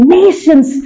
nations